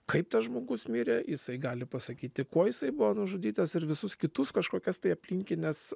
kaip tas žmogus mirė jisai gali pasakyti kuo jisai buvo nužudytas ir visus kitus kažkokias tai aplinkines